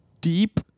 deep